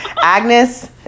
Agnes